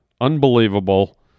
Unbelievable